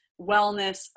wellness